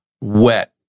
wet